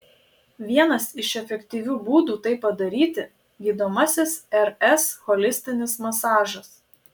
vienas iš efektyvių būdų tai padaryti gydomasis rs holistinis masažas